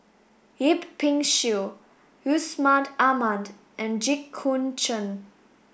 Yip Pin Xiu Yusman Aman and Jit Koon Ch'ng